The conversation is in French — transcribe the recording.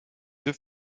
deux